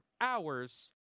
hours